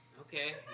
Okay